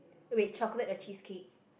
wait chocolate or cheesecake